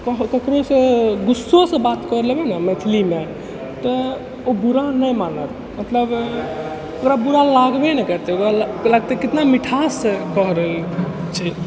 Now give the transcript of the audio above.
ककरोसँ गुस्सोसँ बात कऽ लेबै ने मैथिलीमे तऽ ओ बुरा नहि मानत मतलब ओकरा बुरा लगबे नहि करतै ओकरा लगतै कितना मिठास भरल छै